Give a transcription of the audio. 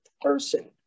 person